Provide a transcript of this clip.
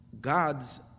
God's